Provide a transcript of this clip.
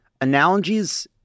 analogies